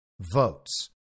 Votes